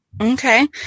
Okay